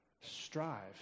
Strive